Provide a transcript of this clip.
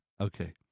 Okay